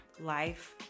life